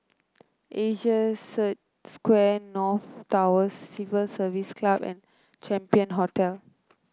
Asia Square North Tower Civil Service Club and Champion Hotel